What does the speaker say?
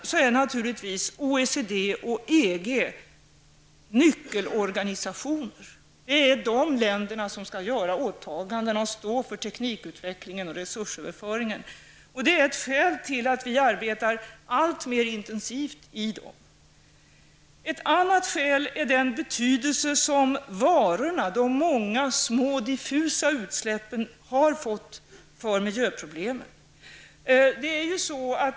Det är dessa länder som skall göra åtagandena och stå för teknikutvecklingen och resursöverföringen. Det är ett skäl till att vi alltmer intensivt arbetar i dessa organisationer. Ett annat skäl är den betydelse som varorna, de många små diffusa utsläppen, har fått för miljöproblemen.